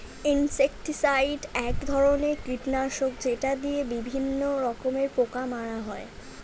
insecticide এক ধরনের কীটনাশক যেটা দিয়ে বিভিন্ন রকমের পোকা মারা হয়